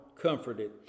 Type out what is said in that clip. comforted